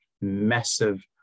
massive